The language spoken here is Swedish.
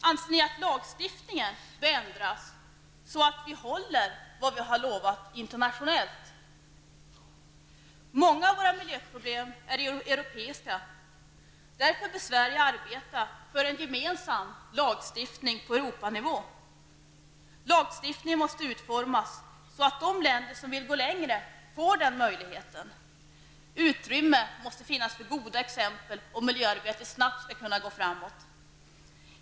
Anser ni att lagstiftningen bör ändras så att vi håller vad vi har lovat internationellt? Många av våra miljöproblem är europeiska. Därför bör Sverige arbeta för en gemensam lagstiftning på Europanivå. Lagstiftningen måste utformas så att de länder som vill gå längre får den möjligheten. Utrymme måste finnas för goda exempel om miljöarbetet snabbt skall kunna gå framåt.